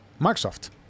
Microsoft